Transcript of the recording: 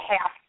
half